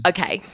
Okay